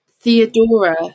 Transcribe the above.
Theodora